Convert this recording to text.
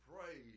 praise